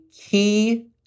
key